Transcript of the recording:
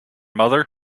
mother